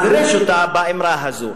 אז פירש אותה באמרה הזו.